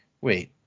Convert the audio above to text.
wait